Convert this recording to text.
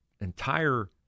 entire